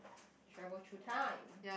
travel through time